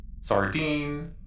Sardine